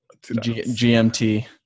GMT